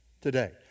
today